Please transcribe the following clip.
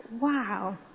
Wow